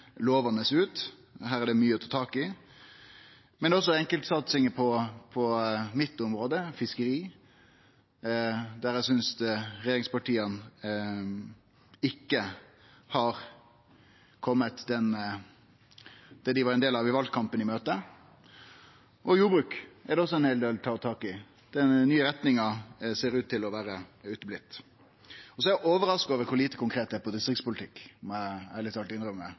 lovande ut. Her er det mykje å ta tak i. Også når det gjeld enkeltsatsingar på mitt område, fiskeri, synest eg at regjeringspartia ikkje har kome i møte det dei var ein del av i valkampen. Innan jordbruket er det også ein heil del å ta tak i. Den nye retninga ser ikkje ut til å kome der. Eg er også overraska over kor lite konkret ein er i distriktspolitikken – det må eg ærleg talt